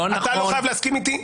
אתה לא חייב להסכים איתי.